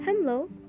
Hello